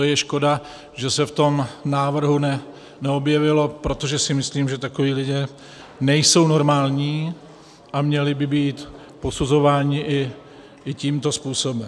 Je škoda, že to se v tom návrhu neobjevilo, protože si myslím, že takoví lidé nejsou normální a měli by být posuzováni i tímto způsobem.